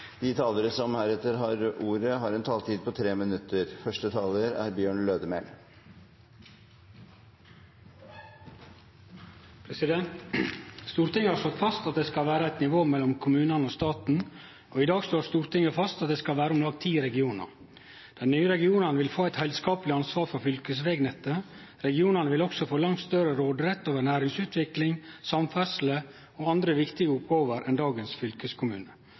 De talere som heretter får ordet, har en taletid på inntil 3 minutter. Stortinget har slått fast at det skal vere eit nivå mellom kommunane og staten, og i dag slår Stortinget fast at det skal vere om lag ti regionar. Dei nye regionane vil få eit heilskapleg ansvar for fylkesvegnettet. Regionane vil også få langt større råderett over næringsutvikling, samferdsle og andre viktige oppgåver enn dagens fylkeskommune.